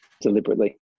deliberately